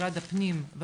משרד הפנים,